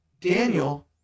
Daniel